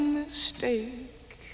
mistake